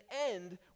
end